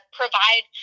provide